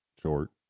short